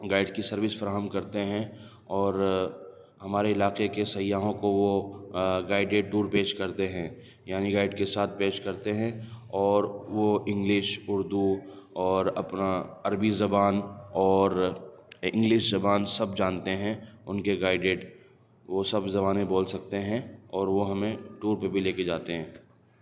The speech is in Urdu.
گائیڈس کی سروس فراہم کرتے ہیں اور ہمارے علاقے کے سیاحوں کو وہ گائیڈیڈ ٹور پیش کرتے ہیں یعنی گائیڈ کے ساتھ پیش کرتے ہیں اور وہ انگلش اردو اور اپنا عربی زبان اور انگلش زبان سب جانتے ہیں ان کے گائیڈیڈ وہ سب زبانیں بول سکتے ہیں اور وہ ہمیں ٹور پہ بھی لے کے جاتے ہیں